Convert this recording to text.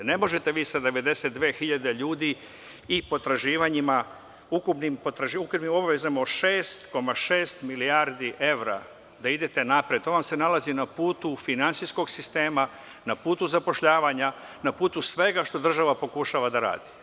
Ne možete vi sa 92.000 ljudi i potraživanjima, ukupnim obavezama od 6,6 milijardi evra da idete napred, to vam se nalazi na putu finansijskog sistem, na putu zapošljavanja, na putu svega što država pokušava da radi.